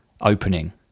opening